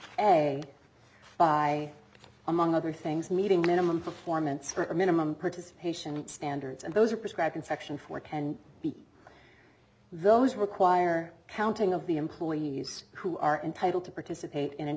by among other things meeting minimum performance for a minimum participation standards and those are prescribed in section four ten those require counting of the employees who are entitled to participate